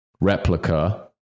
replica